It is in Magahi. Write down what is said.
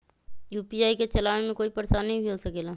यू.पी.आई के चलावे मे कोई परेशानी भी हो सकेला?